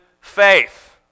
faith